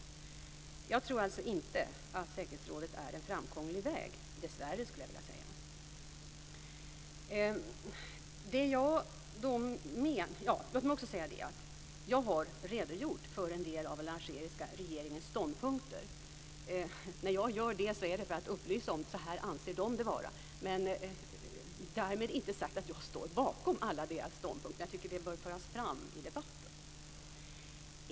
Jag tror alltså inte att säkerhetsrådet är en framkomlig väg, dessvärre. Låt mig också säga att jag har redogjort för en del av den algeriska regeringens ståndpunkter. När jag gör det är det för att upplysa om hur de anser det vara. Därmed inte sagt att jag står bakom alla deras ståndpunkter, men jag tycker att de bör föras fram i debatten.